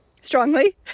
strongly